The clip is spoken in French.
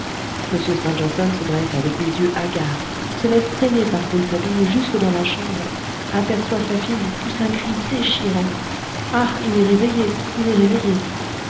stangerson se dresse avec des yeux hagards se laisse traîner par rouletabille jusque dans la chambre aperçoit sa fille pousse un cri déchirant ah il est réveillé il est réveillé